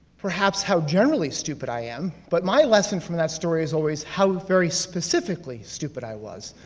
perhaps how generally stupid i am, but my lesson from that story is always how very specifically stupid i was.